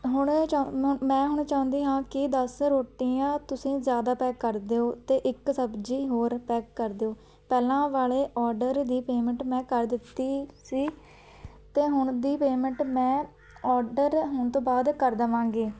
ਹੁਣ ਚ ਮ ਮੈਂ ਹੁਣ ਚਾਹੁੰਦੀ ਹਾਂ ਕਿ ਦਸ ਰੋਟੀਆਂ ਤੁਸੀਂ ਜ਼ਿਆਦਾ ਪੈਕ ਕਰ ਦਿਓ ਅਤੇ ਇੱਕ ਸਬਜ਼ੀ ਹੋਰ ਪੈਕ ਕਰ ਦਿਓ ਪਹਿਲਾਂ ਵਾਲੇ ਔਡਰ ਦੀ ਪੇਮੈਂਟ ਮੈਂ ਕਰ ਦਿੱਤੀ ਸੀ ਅਤੇ ਹੁਣ ਦੀ ਪੇਮੈਂਟ ਮੈਂ ਔਡਰ ਹੋਣ ਤੋਂ ਬਾਅਦ ਕਰ ਦੇਵਾਂਗੀ